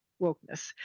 wokeness